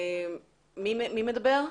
מי מדבר?